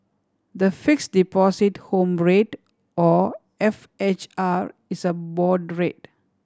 the Fixed Deposit Home Rate or F H R is a board rate